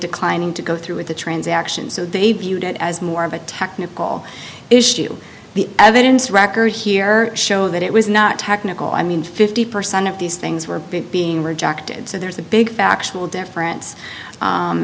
declining to go through with the transaction so they viewed it as more of a technical issue the evidence record here show that it was not technical i mean fifty percent of these things were being rejected so there's a big factual difference